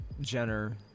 Jenner